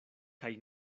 kaj